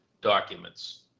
documents